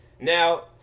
Now